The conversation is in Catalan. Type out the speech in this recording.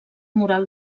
moral